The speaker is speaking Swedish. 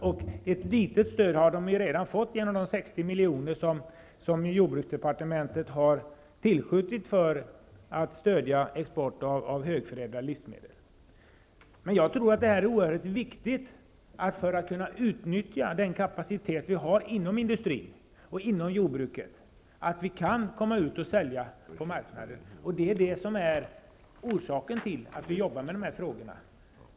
Man har också redan fått ett litet stöd i form av de 60 miljoner som jordbruksdepartementet har tillskjutit för att stödja export av högförädlade livsmedel. Jag tror att det är oerhört viktigt för att kunna utnyttja den kapacitet som vi har inom industrin och inom jordbruket att vi kan komma ut och sälja på marknaden. Det är orsaken till att vi arbetar med dessa frågor.